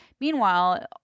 meanwhile